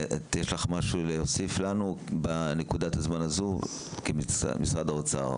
יש לך משהו להוסיף לנו בנקודת הזמן הזו כמשרד האוצר?